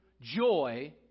joy